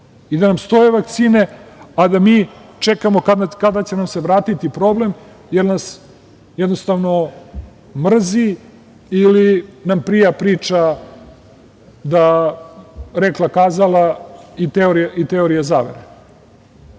i da nam stoje vakcine a da mi čekamo kada će nam se vratiti problem jer nas jednostavno mrzi ili nam prija priča rekla kazala i teorija zavere. Još